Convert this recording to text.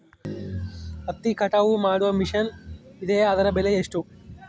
ಹತ್ತಿ ಕಟಾವು ಮಾಡುವ ಮಿಷನ್ ಇದೆಯೇ ಅದರ ಬೆಲೆ ಎಷ್ಟು?